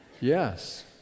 Yes